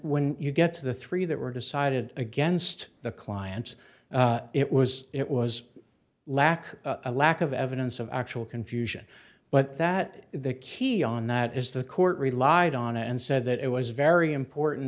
when you get to the three that were decided against the clients it was it was lack a lack of evidence of actual confusion but that the key on that is the court relied on it and said that it was very important